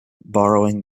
borrowing